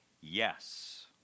Yes